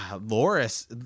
Loris